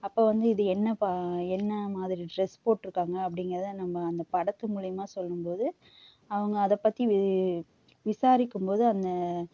அப்போ வந்து இது என்னப்பா என்ன மாதிரி டிரஸ் போட்டு இருக்காங்க அப்படிங்குறத அந்த படத்து மூலியமாக சொல்லும்போது அவங்க அதப்பற்றி வி விசாரிக்கும் போது அந்த